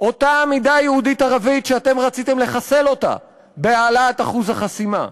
אותה עמידה יהודית ערבית שאתם רציתם לחסל בהעלאת אחוז החסימה,